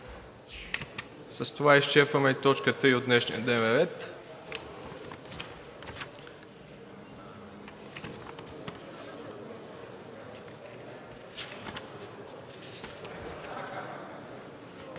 С това изчерпваме и точка 3 от днешния